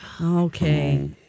Okay